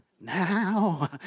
Now